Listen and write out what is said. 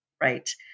right